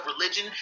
religion